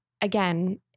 again